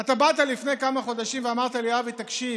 אתה באת לפני כמה חודשים ואמרת לי: אבי, תקשיב,